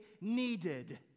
needed